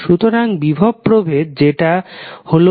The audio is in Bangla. সুতরাং বিভব প্রভেদ যেটা হল ভোল্টেজ হল vab